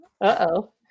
Uh-oh